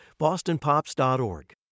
BostonPops.org